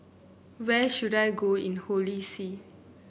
where should I go in Holy See